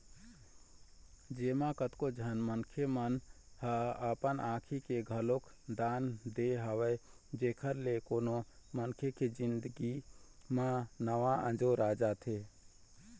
जेमा कतको झन मनखे मन ह अपन आँखी के घलोक दान दे हवय जेखर ले कोनो मनखे के जिनगी म नवा अंजोर आ जाथे